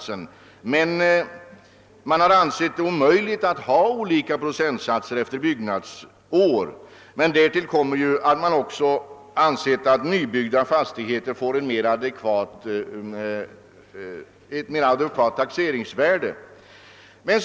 Man har emellertid ansett det omöjligt att ha olika procentsatser efter byggnadsår. Därtill kommer att man också ansett att nybyggda fastigheter åsatts mer adekvata taxeringsvärden.